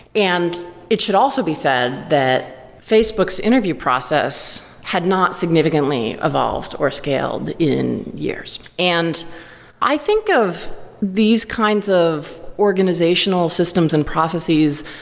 and it should also be said that facebook's interview process had not significantly evolved or scaled in years. and i think of these kinds of organizational systems and processes,